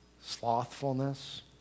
Slothfulness